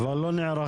אבל לא נערכים.